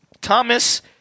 Thomas